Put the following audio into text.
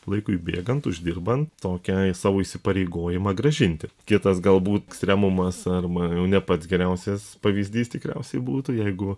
laikui bėgant uždirbant tokiai savo įsipareigojimą grąžinti kitas galbūt ekstremumas arba jau ne pats geriausias pavyzdys tikriausiai būtų jeigu